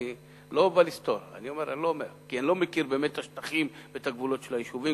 אני לא בא לסתור כי אני לא מכיר באמת את השטחים והגבולות של היישובים,